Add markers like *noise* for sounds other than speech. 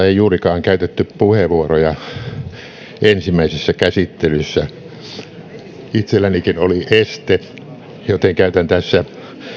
*unintelligible* ei juurikaan käytetty puheenvuoroja ensimmäisessä käsittelyssä itsellänikin oli este joten käytän tässä